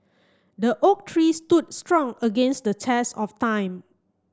the oak tree stood strong against the test of time